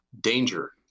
Danger